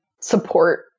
support